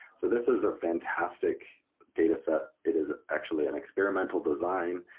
so this was a fantastic data set it is actually an experimental design,